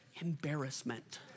Embarrassment